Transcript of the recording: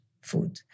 food